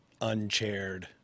unchaired